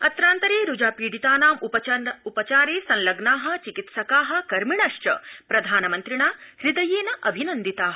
अत्रान्तरे रूजा पीडितानां उपचारे संलग्ना चिकित्सका कर्मिणश्च प्रधानमन्त्रिणा हृदयेन अभिनन्दिता